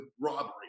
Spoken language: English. robbery